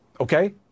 Okay